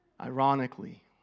Ironically